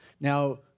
Now